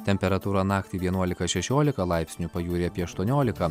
temperatūra naktį vienuolika šešiolika laipsnių pajūry apie aštuoniolika